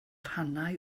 rhannau